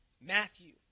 Matthew